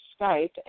Skype